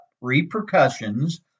repercussions